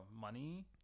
Money